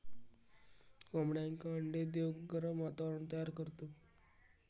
कोंबड्यांका अंडे देऊक गरम वातावरण तयार करतत